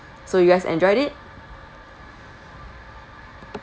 so you guys enjoyed it